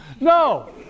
No